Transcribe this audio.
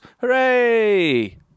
hooray